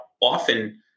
often